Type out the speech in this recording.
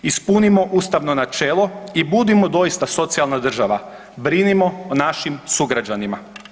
Ispunimo ustavno načelo i budimo doista socijalna država, brinimo o našim sugrađanima.